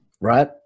Right